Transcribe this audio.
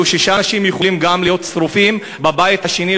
היו יכולים להיות שישה אנשים שרופים בבית השני,